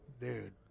Dude